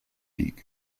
league